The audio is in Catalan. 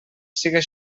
siga